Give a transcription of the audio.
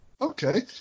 Okay